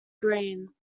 greene